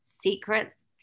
secrets